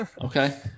Okay